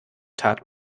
tat